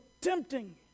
tempting